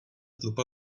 tlupa